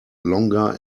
longer